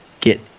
get